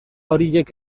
horiek